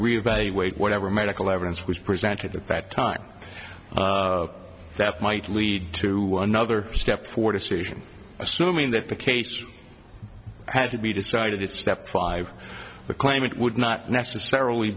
revaluate whatever medical evidence was presented at that time that might lead to another step for decision assuming that the case had to be decided that step five the claimant would not necessarily